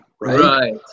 Right